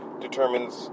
determines